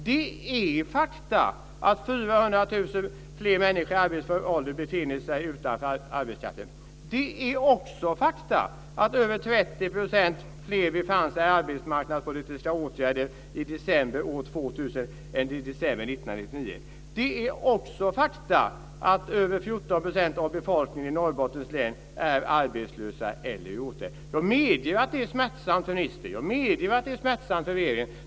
Det är fakta att 400 000 fler människor i arbetsför ålder befinner sig utanför arbetsmarknaden. Det är också fakta att över Det är också fakta att över 14 % av befolkningen i Norrbottens län är arbetslösa eller i åtgärder. Jag medger att det är smärtsamt för ministern och regeringen.